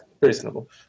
reasonable